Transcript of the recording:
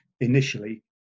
initially